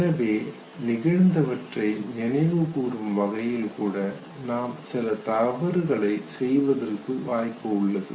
எனவே நிகழ்ந்தவற்றை நினைவு கூறும் வகையில் கூட நாம் சில தவறுகளை செய்வதற்கு வாய்ப்பு உள்ளது